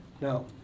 Now